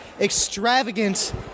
extravagant